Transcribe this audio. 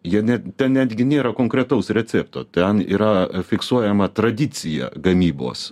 jie ne ten netgi nėra konkretaus recepto ten yra fiksuojama tradicija gamybos